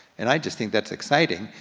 and i just think that's exciting.